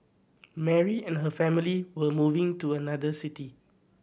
Mary and her family were moving to another city